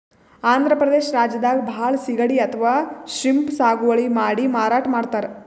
ಆಂಧ್ರ ಪ್ರದೇಶ್ ರಾಜ್ಯದಾಗ್ ಭಾಳ್ ಸಿಗಡಿ ಅಥವಾ ಶ್ರೀಮ್ಪ್ ಸಾಗುವಳಿ ಮಾಡಿ ಮಾರಾಟ್ ಮಾಡ್ತರ್